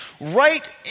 Right